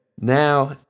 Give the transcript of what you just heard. now